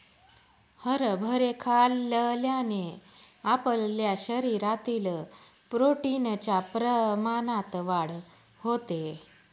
हरभरे खाल्ल्याने आपल्या शरीरातील प्रोटीन च्या प्रमाणात वाढ होते